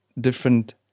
different